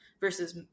versus